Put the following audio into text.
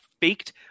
faked